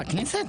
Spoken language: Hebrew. בכנסת?